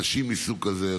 אנשים מסוג כזה,